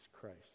Christ